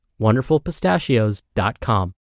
wonderfulpistachios.com